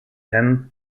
and